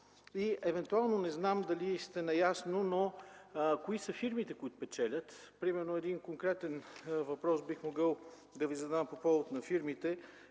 дейности? Не знам дали сте наясно, но кои са фирмите, които печелят? Примерно един конкретен въпрос бих могъл да Ви задам по повод на фирмите: